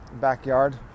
backyard